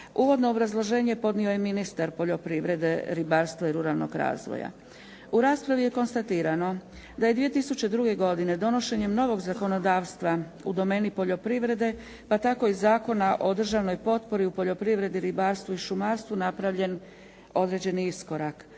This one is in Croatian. Uvodno obrazloženje podnio je ministar poljoprivrede, ribarstva i ruralnog razvoja. U raspravi je konstatirano da je 2002. godine donošenjem novog zakonodavstva u domeni poljoprivrede pa tako i Zakona o državnoj potpori u poljoprivredi, ribarstvu i šumarstvu napravljen određeni iskorak.